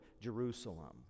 Jerusalem